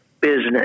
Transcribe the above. business